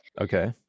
Okay